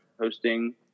hosting